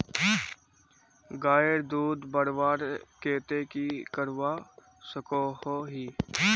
गायेर दूध बढ़वार केते की करवा सकोहो ही?